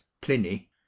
pliny